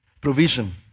Provision